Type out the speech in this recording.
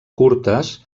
curtes